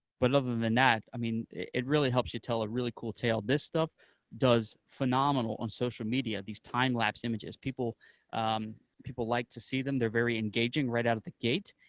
but other than that, i mean, it really helps you tell a really cool tale. this stuff does phenomenal on social media, these time lapse images. people people like to see them. they're very engaging right out of the gate,